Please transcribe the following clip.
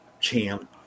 Champ